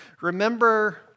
remember